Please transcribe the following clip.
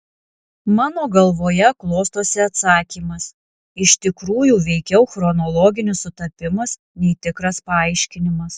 mano galvoje klostosi atsakymas iš tikrųjų veikiau chronologinis sutapimas nei tikras paaiškinimas